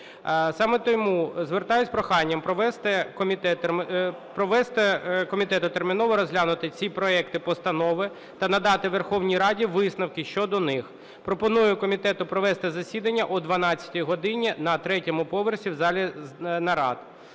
Саме тому звертаюсь з проханням провести комітет і терміново розглянути ці проекти постанови та надати Верховній Раді висновки щодо них. Пропоную комітету провести засідання о 12 годині на третьому поверсі в залі нарад.